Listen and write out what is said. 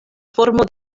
formo